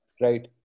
right